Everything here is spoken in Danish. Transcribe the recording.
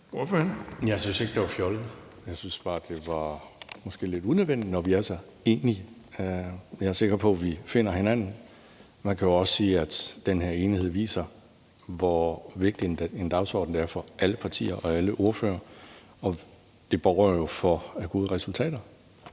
Jeg syntes ikke, det var fjollet. Jeg syntes bare, det måske var lidt unødvendigt, når vi er så enige. Jeg er sikker på, at vi finder hinanden. Man kan jo også sige, at den her enighed viser, hvor vigtig en dagsorden det er for alle partier og alle ordførere. Det borger jo for gode resultater